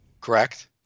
Correct